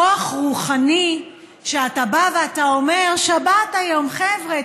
כוח רוחני, שאתה בא ואומר: שבת היום, חבר'ה.